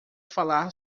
falar